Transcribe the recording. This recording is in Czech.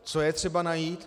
Co je třeba najít?